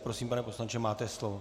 Prosím, pane poslanče, máte slovo.